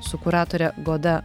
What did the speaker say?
su kuratore goda